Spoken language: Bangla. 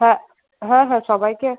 হ্যাঁ হ্যাঁ হ্যাঁ সবাইকে